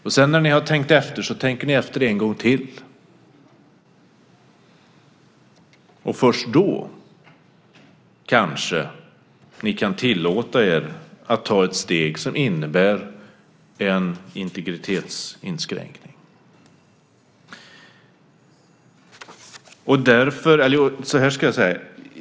När ni sedan har tänkt efter så tänker ni efter en gång till. Först då kanske ni kan tillåta er att ta ett steg som innebär en integritetsinskränkning.